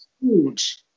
huge